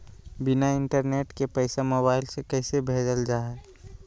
बिना इंटरनेट के पैसा मोबाइल से कैसे भेजल जा है?